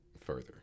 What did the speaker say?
further